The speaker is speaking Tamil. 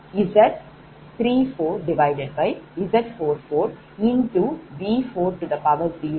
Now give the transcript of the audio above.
0 j0